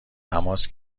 تماس